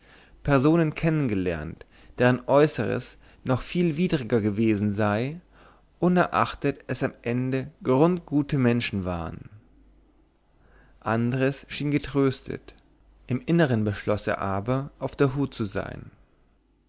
personen kennen gelernt deren äußeres noch viel widriger gewesen sei unerachtet es am ende grundgute menschen waren andres schien getröstet im innern beschloß er aber auf der hut zu sein